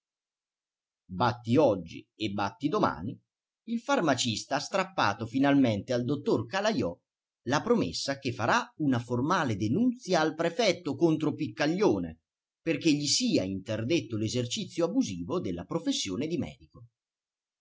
batti oggi e batti domani il farmacista ha strappato finalmente al dottor calajò la promessa che farà una formale denunzia al prefetto contro piccaglione perché gli sia interdetto l'esercizio abusivo della professione di medico